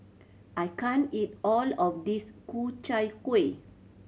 I can't eat all of this Ku Chai Kueh